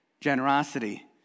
generosity